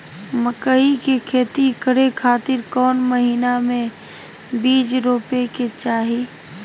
मकई के खेती करें खातिर कौन महीना में बीज रोपे के चाही?